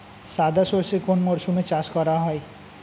সাদা সর্ষে কোন মরশুমে চাষ করা হয়?